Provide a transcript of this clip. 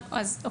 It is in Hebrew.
הנוהל.